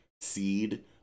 seed